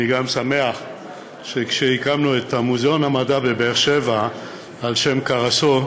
אני גם שמח שכשהקמנו את מוזיאון המדע בבאר-שבע על-שם קרסו,